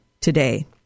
today